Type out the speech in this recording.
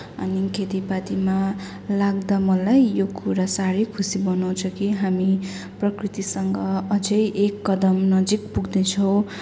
अनि खेतीपातीमा लाग्दा मलाई यो कुरा साह्रै खुसी बनाउँछ कि हामी प्रकृतिसँग अझै एक कदम नजिक पुग्दैछौँ